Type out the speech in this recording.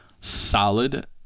Solid